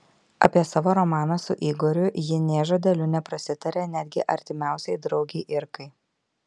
apie savo romaną su igoriu ji nė žodeliu neprasitarė netgi artimiausiai draugei irkai